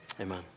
amen